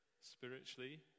spiritually